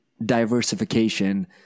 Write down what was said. diversification